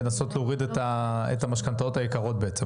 לנסות להוריד את המשכנתאות היקרות בעצם,